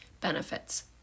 benefits